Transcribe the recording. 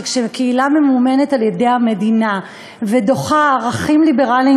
שכשקהילה מממומנת על-ידי המדינה ודוחה ערכים ליברליים